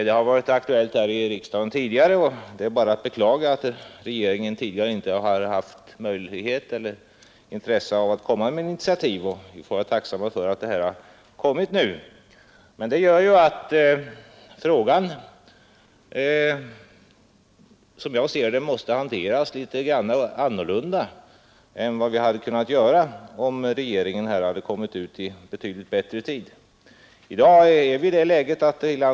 Frågan har tidigare behandlats i riksdagen, och det är bara att beklaga att regeringen inte förut haft möjlighet eller intresse att ta ett initiativ. Vi får emellertid vara tacksamma för att detta förslag nu föreligger. Denna försening gör att frågan, som jag ser det, nu måste hanteras på ett något annat sätt än vad som hade varit möjligt om regeringen varit ute i mer god tid.